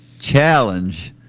challenge